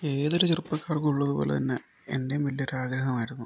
ഏതൊരു ചെറുപ്പക്കാർക്കും ഉള്ളതുപോലെതന്നെ എൻ്റെയും വലിയൊരു ആഗ്രഹമായിരുന്നു